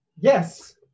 Yes